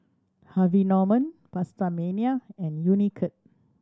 Harvey Norman PastaMania and Unicurd